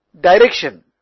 direction